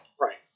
Right